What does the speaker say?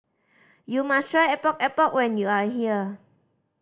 you must try Epok Epok when you are here